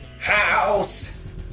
house